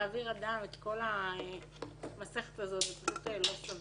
להעביר אדם את כל המסכת הזאת זה לא סביר.